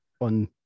on